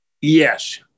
yes